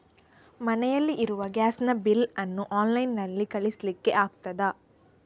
ಮನೆಯಲ್ಲಿ ಇರುವ ಗ್ಯಾಸ್ ನ ಬಿಲ್ ನ್ನು ಆನ್ಲೈನ್ ನಲ್ಲಿ ಕಳಿಸ್ಲಿಕ್ಕೆ ಆಗ್ತದಾ?